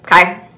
okay